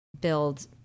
build